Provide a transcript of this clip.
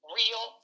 real